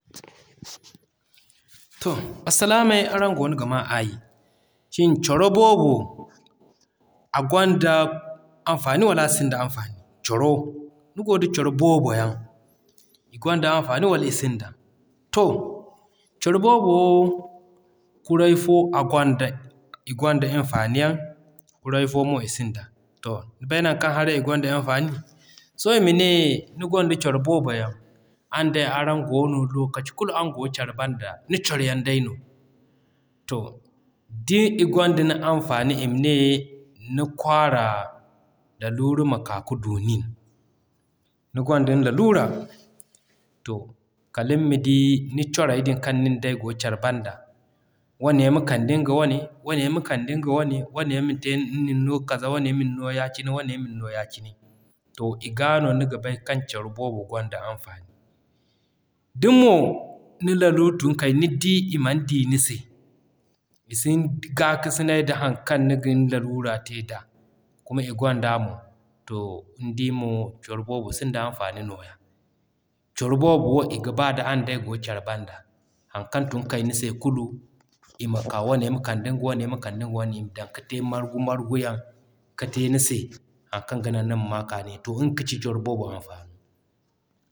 To arsilaamay araŋ goono ga maa aayi. Coro boobo a gonda anfani wala a sinda anfani? Coro ni gonda coro boobo yaŋ, i gonda anfani wala i sinda? To, coro boobo kurey fo a gonda i gonda hinfani yaŋ kurey fo mo i sinda. To ni bay naŋ kaŋ haray i gonda hinfani? Sohõ ima ne ni gonda coro boobo yaŋ, araŋ day araŋ goono lokaci kulu araŋ goo care banda ni coro yaŋ day no. To da i gonda ni anfani ima ne ni kwaara lalura ma k'a ka du nin. Ni gonda lalura, to kaliŋ ma di ni corey din kaŋ nin day goo care banda, wane ma kande nga wane, wane ma kande nga wane, wane min no kaza, wane min no ya cine, wane min no ya cine. To i ga no niga bay kaŋ coro boobo gonda anfani. Da mo ni lalura tun kay nidi i man d'i ni se, i sin gaakasinay da haŋ kaŋ ni gin lalura ra te da kuma i gonda mo, to coro boobo sinda anfani nooya. Coro boobo wo i ga ba da araŋ day goo care banda, haŋ kaŋ tun kay ni se kulu, ima ka, wane ma kande nga wane wane ma kande nga wane ima dan ka te margu margu yan ka te ni se haŋ kaŋ ga nan ma maa kaani. To nga no kaci coro boobo mafaaro.